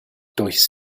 durchs